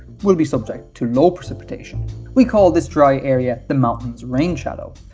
will be subject to no precipitation. we call this dry area the mountains rain shadow.